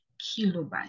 kilobyte